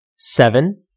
Seven